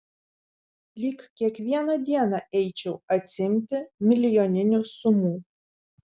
lyg kiekvieną dieną eičiau atsiimti milijoninių sumų